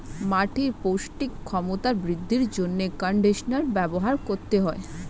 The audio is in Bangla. মাটির পৌষ্টিক ক্ষমতা বৃদ্ধির জন্য কন্ডিশনার ব্যবহার করতে হয়